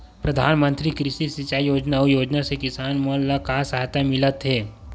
प्रधान मंतरी कृषि सिंचाई योजना अउ योजना से किसान मन ला का सहायता मिलत हे?